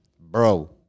bro